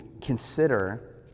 consider